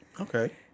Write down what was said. Okay